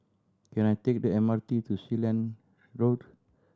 can I take the M R T to Sealand Road